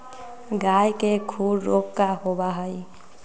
गाय के खुर रोग का होबा हई?